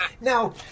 Now